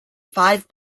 five